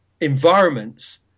environments